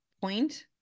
point